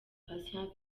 patient